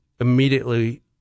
immediately